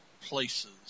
Places